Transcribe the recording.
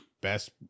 best